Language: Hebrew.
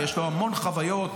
ויש לו המון חוויות,